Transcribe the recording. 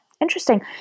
interesting